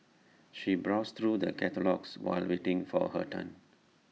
she browsed through the catalogues while waiting for her turn